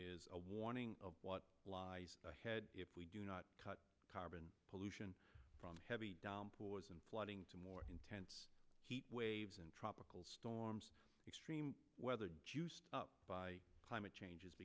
is a warning of what lies ahead if we do not cut carbon pollution from heavy downpours and flooding to more intense heat waves and tropical storms extreme weather by climate change is